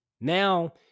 Now